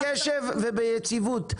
את דיברת בקשב וביציבות.